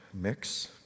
mix